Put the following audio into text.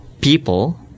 people